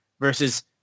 versus